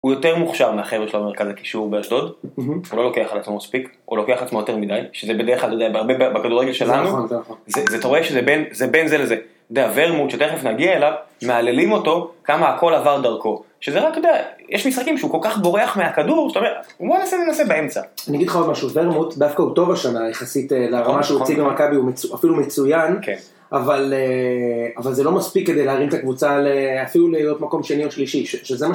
הוא יותר מוכשר מהחברה של המרכז הקישור באשדוד, הוא לא לוקח על עצמו מספיק, הוא לוקח על עצמו יותר מדי, שזה בדרך כלל, אתה יודע, בהרבה בכדורגל שלנו, אתה רואה שזה בין זה לזה. והוורמוט שתכף נגיע אליו, מעללים אותו כמה הכל עבר דרכו. שזה רק, אתה יודע, יש משחקים שהוא כל כך בורח מהכדור, זאת אומרת, בוא ננסה באמצע. אני אגיד לך עוד משהו, וורמוט דווקא הוא טוב השנה, מה שהוא הציג במכבי הוא אפילו מצויין, אבל זה לא מספיק כדי להרים את הקבוצה אפילו להיות מקום שני או שלישי,